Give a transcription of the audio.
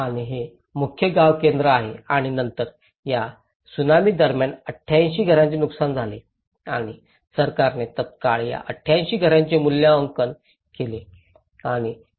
आणि हे मुख्य गाव केंद्र आहे आणि त्यानंतर या सुनामी दरम्यान 88 घरांचे नुकसान झाले आणि सरकारने तत्काळ या 88 घरांचे मूल्यांकन केले